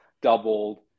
doubled